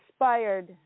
inspired